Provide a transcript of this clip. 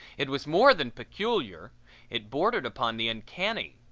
it was more than peculiar it bordered upon the uncanny.